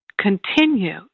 continue